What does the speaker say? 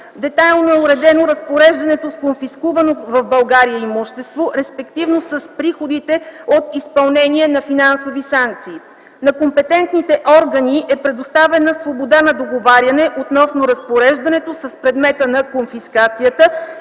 Детайлно е уредено разпореждането с конфискувано в България имущество, респективно с приходите от изпълнение на финансови санкции. На компетентните органи е предоставена свобода на договаряне относно разпореждането с предмета на конфискацията